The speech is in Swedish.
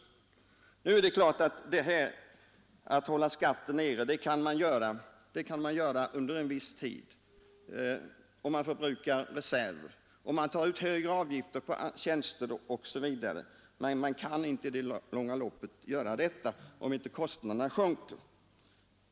Man kan hålla skatten nere under en viss tid, om man förbrukar reserver, tar ut högre avgifter för tjänster osv. Men i det långa loppet kan man inte hålla skatten nere om inte kostnaderna sjunker.